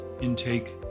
intake